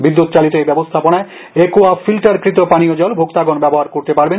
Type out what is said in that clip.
বিদ্যুৎচালিত এই ব্যবস্থাপনায় একোয়াফিল্টারকৃত পানীয় জল ভোক্তাগন ব্যবহার করতে পারবেন